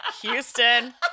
Houston